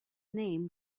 name